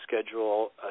schedule